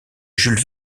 jules